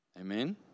Amen